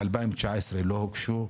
ב-2019 לא הוגשו,